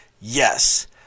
yes